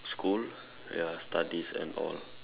school ya studies and all